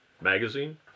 magazine